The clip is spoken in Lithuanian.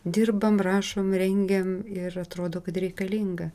dirbam rašom rengiam ir atrodo kad reikalinga